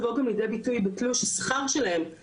כי זה בעצם הפרשה על חשבון המעסיק,